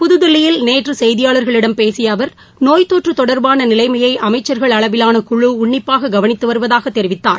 புதுதில்லியில் நேற்று செய்தியாளர்களிடம் பேசிய அவர் நோய்த்தொற்று தொடர்பான நிலைமையை அமைச்சர்கள் அளவிலான குழு உன்னிப்பாக கவனித்து வருவதாகத் தெரிவித்தார்